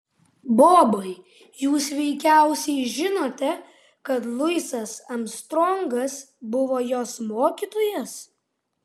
bobai jūs veikiausiai žinote kad luisas armstrongas buvo jos mokytojas